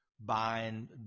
buying